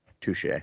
Touche